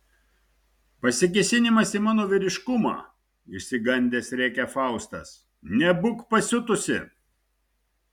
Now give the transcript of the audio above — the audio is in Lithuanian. pasikėsinimas į mano vyriškumą išsigandęs rėkia faustas nebūk pasiutusi